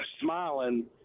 smiling